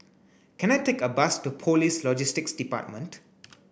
can I take a bus to Police Logistics Department